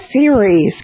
series